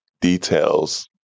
details